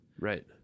right